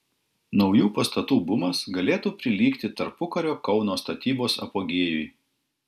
naujų pastatų bumas galėtų prilygti tarpukario kauno statybos apogėjui